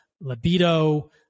libido